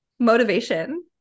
Motivation